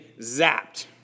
zapped